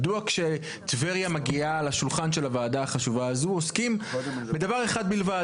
מדוע כשטבריה מגיעה לשולחן של הוועדה החשובה הזו עוסקים בדבר אחד בלבד,